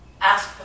Ask